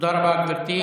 תודה רבה, גברתי.